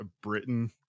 britain